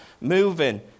moving